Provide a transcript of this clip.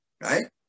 right